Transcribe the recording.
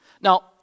Now